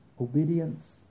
obedience